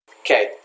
Okay